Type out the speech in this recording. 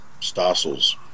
Stossel's